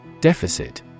Deficit